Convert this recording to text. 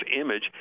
image